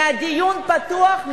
מדיון פתוח?